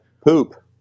Poop